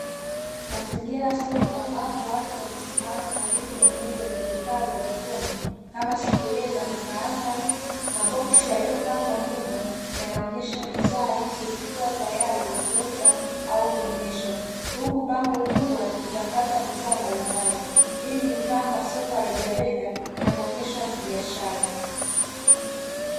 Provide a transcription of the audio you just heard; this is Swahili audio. Mazingira ya soko ambapo watu wamesimama karibu na meza yenye vifaa vya jikoni kama sufuria za kukaanga, maboksi yaliyopangwa nyuma yanaonesha bidhaa hizo zikiwa tayari kwa kuuza au kuoneshwa huku bango kubwa likitangaza bidhaa mbali mbali hii ni mfano wa soko la rejareja na maonesho ya kibiashara.